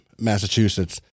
Massachusetts